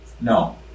No